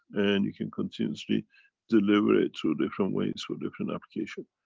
and you can continuously deliver it through different ways, for different applications.